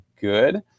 good